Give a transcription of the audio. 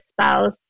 spouse